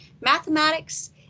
mathematics